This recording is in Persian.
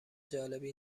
جالبی